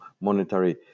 monetary